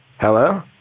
Hello